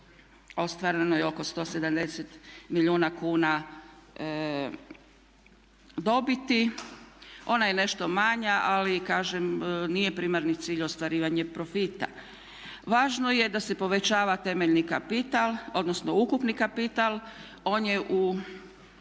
ostvareno je oko 170 milijuna kuna dobiti. Ona je nešto manja ali kažem nije primarni cilj ostvarivanje profita. Važno je da se povećava temeljni kapital, odnosno ukupni kapital, on je u